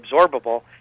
absorbable